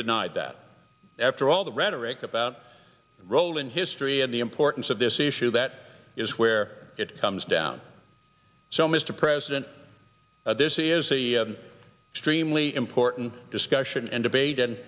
denied that after all the rhetoric about role in history and the importance of this issue that is where it comes down so mr president this is the extremely important discussion and debate and